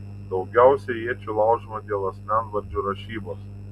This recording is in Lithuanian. daugiausiai iečių laužoma dėl asmenvardžių rašybos